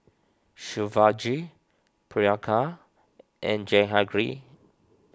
Shivaji Priyanka and Jehangirr